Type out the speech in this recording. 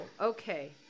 okay